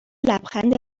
لبخند